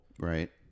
right